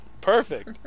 Perfect